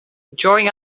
during